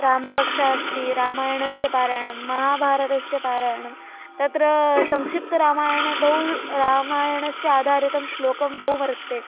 रामरक्षा अस्ति रामायणस्य पारायणं महाभारतस्य पारायणं तत्र संक्षिप्तरामायणं बहु रामायणस्य आधारितं श्लोकं बहु वर्तते